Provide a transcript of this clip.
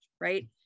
right